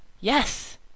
Yes